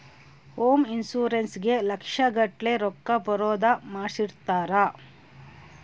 home insurance ಗೇ ಲಕ್ಷ ಗಟ್ಲೇ ರೊಕ್ಕ ಬರೋದ ಮಾಡ್ಸಿರ್ತಾರ